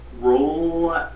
roll